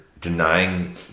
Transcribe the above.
denying